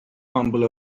humble